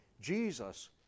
Jesus